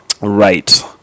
right